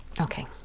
Okay